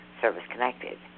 service-connected